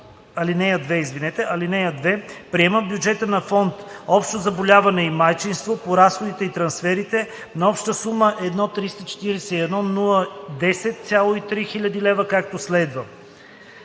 Доклада.) (2) Приема бюджета на фонд „Общо заболяване и майчинство“ по разходите и трансферите на обща сума 1 341 010,3 хил. лв., както следва:“.